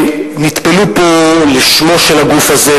ונטפלו פה לשמו של הגוף הזה,